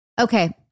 Okay